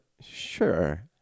Sure